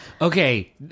Okay